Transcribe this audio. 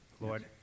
Lord